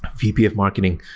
vp of marketing,